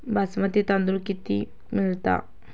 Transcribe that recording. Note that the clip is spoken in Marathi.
बासमती तांदूळ कितीक मिळता?